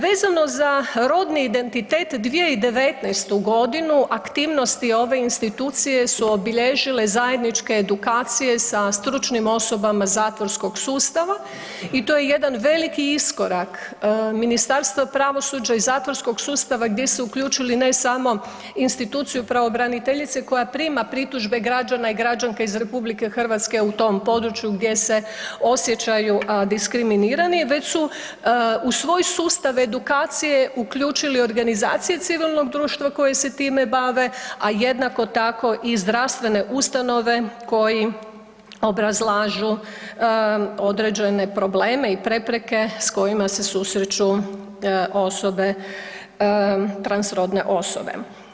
Vezano za rodni identitet 2019. godinu aktivnosti ove institucije su obilježile zajedničke edukacije sa stručnim osobama zatvorskog sustava i to je jedan veliki iskorak Ministarstva pravosuđa i zatvorskog sustava gdje su uključili ne smo instituciju pravobraniteljice koja prima pritužbe građana i građanka iz RH u tom području gdje se osjećaju diskriminirani, već su u svoj sustav edukacije uključili organizacije civilnog društva koji se time bave, a jednako tako i zdravstvene ustanove koji obrazlažu određene probleme i prepreke s kojima se susreću transrodne osobe.